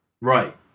Right